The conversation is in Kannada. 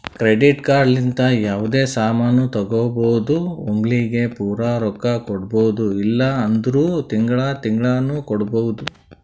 ಕ್ರೆಡಿಟ್ ಕಾರ್ಡ್ ಲಿಂತ ಯಾವ್ದೇ ಸಾಮಾನ್ ತಗೋಬೋದು ಒಮ್ಲಿಗೆ ಪೂರಾ ರೊಕ್ಕಾ ಕೊಡ್ಬೋದು ಇಲ್ಲ ಅಂದುರ್ ತಿಂಗಳಾ ತಿಂಗಳಾನು ಕೊಡ್ಬೋದು